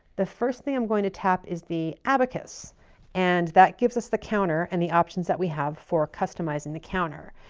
the first thing i'm going to tap is the abacus and that gives us the counter and the options that we have for customizing the counter.